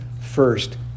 first